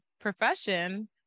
profession